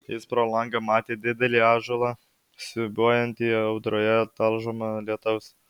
jis pro langą matė didelį ąžuolą siūbuojantį audroje talžomą lietaus